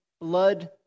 blood